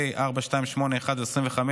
פ/4281/25,